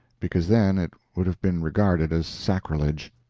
because then it would have been regarded as sacrilege.